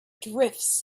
drifts